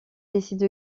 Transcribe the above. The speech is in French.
décide